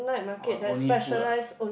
[wah] only food ah